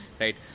right